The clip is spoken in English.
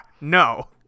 No